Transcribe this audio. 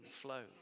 flow